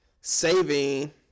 Saving